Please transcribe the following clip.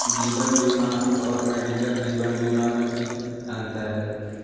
जीवन बीमा और मेडिकल जीवन बीमा में की अंतर है?